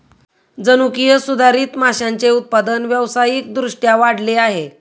जनुकीय सुधारित माशांचे उत्पादन व्यावसायिक दृष्ट्या वाढले आहे